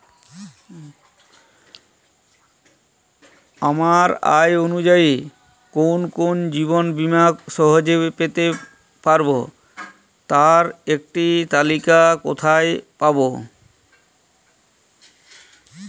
আমার আয় অনুযায়ী কোন কোন জীবন বীমা সহজে পেতে পারব তার একটি তালিকা কোথায় পাবো?